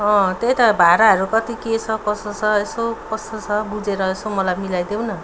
त्यही त भाडाहरू कति के छ कसो छ यसो कसो छ बुझेर यसो मलाई मिलाइदेऊ न